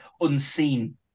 unseen